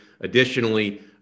Additionally